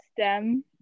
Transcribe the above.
stem